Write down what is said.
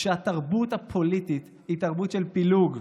שהתרבות הפוליטית היא תרבות של פילוג,